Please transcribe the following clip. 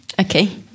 Okay